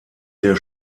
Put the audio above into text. der